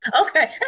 Okay